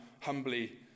humbly